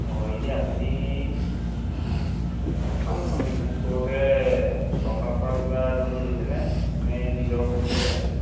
অ এনেই আপুনি ফাৰ্মখন ইনভেষ্ট কৰোঁতে চৰকাৰৰ পৰা কিবা লোন লৈছেনে নে নিজৰ পুঁজিয়েই ভৰাইছে